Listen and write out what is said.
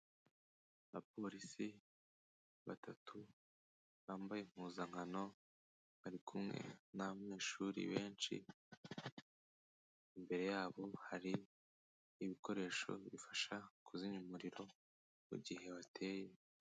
Abapolisi batatu, bambaye impuzankano, bari kumwe n'abanyeshuri benshi, imbere yabo hari ibikoresho bifasha kuzimya umuriro mu gihe wateye.